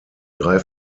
drei